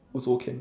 also can